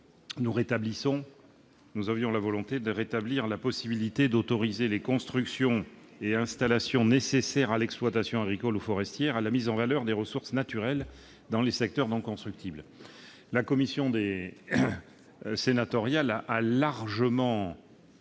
Nous avions la volonté de rétablir la possibilité d'autoriser les constructions et installations nécessaires à l'exploitation agricole ou forestière et à la mise en valeur des ressources naturelles dans les secteurs non constructibles. La commission des affaires économiques